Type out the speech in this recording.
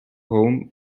home